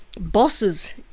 bosses